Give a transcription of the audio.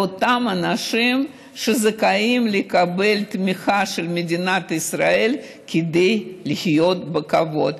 לאותם אנשים שזכאים לקבל תמיכה של מדינת ישראל כדי לחיות בכבוד.